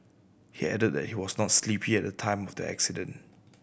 he added that he was not sleepy at the time of the accident